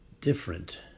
different